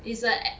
is a at~